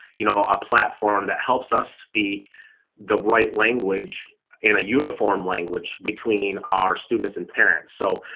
you know, a platform that helps us speak the right language in a uniform language between our students and parents so